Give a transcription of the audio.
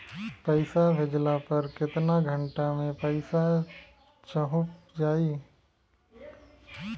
पैसा भेजला पर केतना घंटा मे पैसा चहुंप जाई?